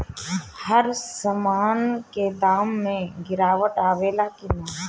हर सामन के दाम मे गीरावट आवेला कि न?